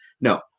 No